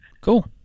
Cool